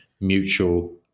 mutual